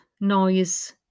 noise